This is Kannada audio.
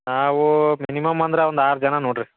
ನಾವು ಮಿನಿಮಮ್ ಅಂದ್ರೆ ಒಂದು ಆರು ಜನ ನೋಡ್ರಿ